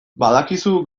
badakizu